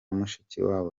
mushikiwabo